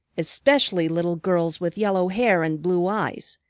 especially little girls with yellow hair and blue eyes,